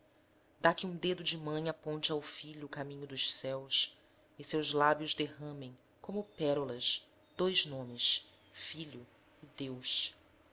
que um dedo de mãe aponte ao filho o caminho dos céus e seus lábios derramem como pérolas dois nomes filho e deus